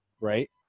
right